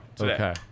Okay